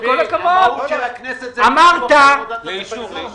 המהות של הכנסת היא פיקוח על עבודת הממשלה.